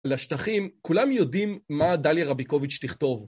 לשטחים, כולם יודעים מה דליה רביקוביץ' תכתוב.